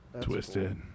Twisted